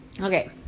Okay